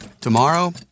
Tomorrow